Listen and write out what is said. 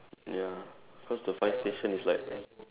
ya cause the fire station is like